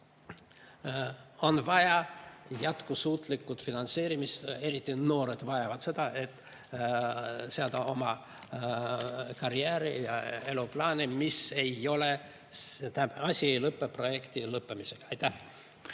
on vaja jätkusuutlikku finantseerimist. Eriti noored vajavad seda, et seada oma karjääri ja eluplaane, mis tähendab seda, et asi ei lõpe projekti lõppemisega. Aitäh!